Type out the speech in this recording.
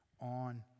on